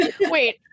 Wait